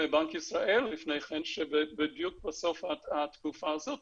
מבנק ישראל לפני כן שבדיוק בסוף התקופה הזאת